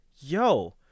yo